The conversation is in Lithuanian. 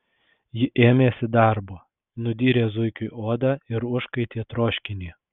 ji ėmėsi darbo nudyrė zuikiui odą ir užkaitė troškinį